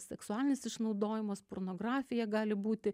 seksualinis išnaudojimas pornografija gali būti